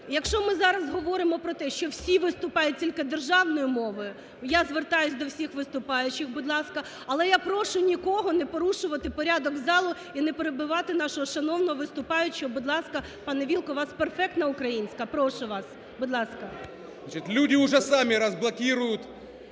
Якщо ми зараз говоримо про те, що всі виступають тільки державною мовою, я звертаюсь до всіх виступаючих, будь ласка, але я прошу нікого не порушувати порядок з залу і не перебивати нашого шановного виступаючого. Будь ласка, пане Вілкул, у вас перфектна українська. Прошу вас, будь ласка.